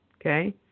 Okay